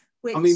which-